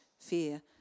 fear